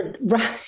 Right